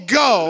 go